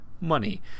money